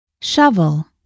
Shovel